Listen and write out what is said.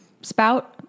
spout